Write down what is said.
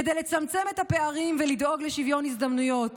כדי לצמצם את הפערים ולדאוג לשוויון הזדמנויות?